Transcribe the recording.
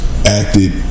acted